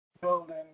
building